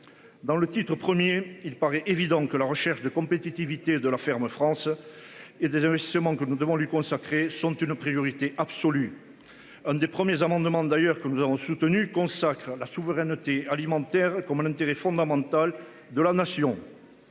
Dans le titre au premier, il paraît évident que la recherche de compétitivité de la ferme France et des investissements que nous devons lui consacrer chante une priorité absolue. Un des premiers amendements d'ailleurs que nous avons soutenu consacrent la souveraineté alimentaire comme l'intérêt fondamental. De la nation.